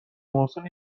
محسن